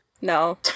no